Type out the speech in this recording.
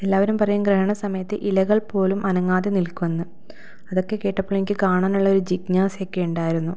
എല്ലാവരും പറയും ഗ്രഹണ സമയത്തു ഇലകൾ പോലും അനങ്ങാതെ നിൽക്കുമെന്ന് അതൊക്കെ കേട്ടപ്പോൾ എനിക്ക് കാണാനുള്ളൊരു ജിജ്ഞാസ ഒക്കെ ഉണ്ടായിരുന്നു